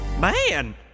Man